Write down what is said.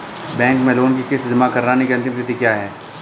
Bank में loan की किश्त जमा कराने की अंतिम तिथि क्या है?